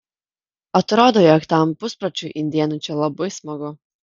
atrodo jog tam puspročiui indėnui čia labai smagu